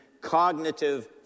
cognitive